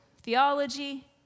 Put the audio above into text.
theology